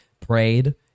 prayed